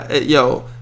yo